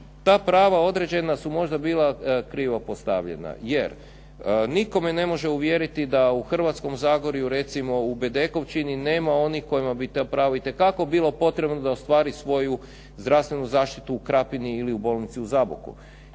ta prava određena su možda bila krivo postavljena jer nitko me ne može uvjeriti da u Hrvatskom zagorju recimo u Bedekovčini nema onih kojima bi ta prava itekako bilo potrebno da ostvari svoju zdravstvenu zaštitu u Krapini ili u bolnici u Zaboku.